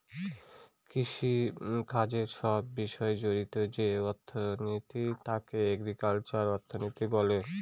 কৃষিকাজের সব বিষয় জড়িত যে অর্থনীতি তাকে এগ্রিকালচারাল অর্থনীতি বলে